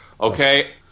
okay